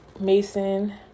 Mason